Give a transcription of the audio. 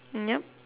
mm yup